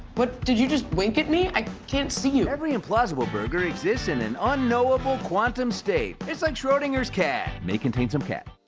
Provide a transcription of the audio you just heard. what, did you just wink at me? i can't see you. every implausible burger exists in an unknowable quantum state. it's like schrodinger's cat. may contain some cat.